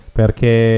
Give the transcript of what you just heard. perché